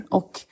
och